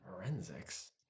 Forensics